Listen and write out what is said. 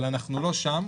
אבל אנחנו לא שם,